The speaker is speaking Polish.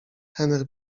henry